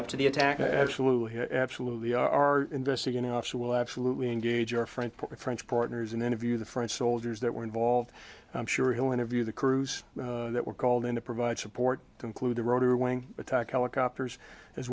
up to the attack i absolutely absolutely are investigating officer will absolutely engage our friend porter french partners and interview the french soldiers that were involved i'm sure he'll interview the crews that were called in to provide support to include the rotary wing attack helicopters as